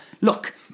Look